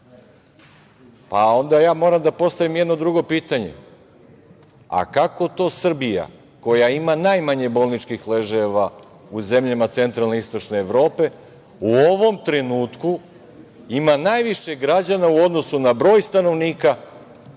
Evrope. Onda ja moram da postavim jedno drugo pitanje, a kako to Srbija, koja ima najmanje bolničkih ležajeva u zemljama centralne i istočne Evrope, u ovom trenutku ima najviše građana u odnosu na broj stanovnika